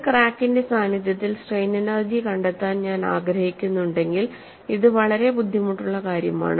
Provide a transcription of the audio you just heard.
ഒരു ക്രാക്കിന്റെ സാന്നിധ്യത്തിൽ സ്ട്രെയിൻ എനെർജി കണ്ടെത്താൻ ഞാൻ ആഗ്രഹിക്കുന്നുണ്ടെങ്കിൽ ഇത് വളരെ ബുദ്ധിമുട്ടുള്ള കാര്യമാണ്